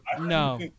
No